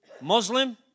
Muslim